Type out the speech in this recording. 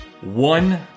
One